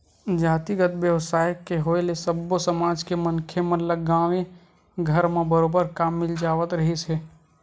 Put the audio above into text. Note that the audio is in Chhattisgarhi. जातिगत बेवसाय के होय ले सब्बो समाज के मनखे मन ल गाँवे घर म बरोबर काम मिल जावत रिहिस हे